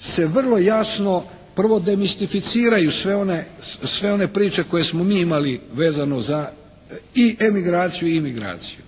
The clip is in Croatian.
se vrlo jasno prvo demistificiraju sve one, sve one priče koje smo mi imali vezano za i emigraciju i imigraciju.